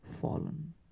fallen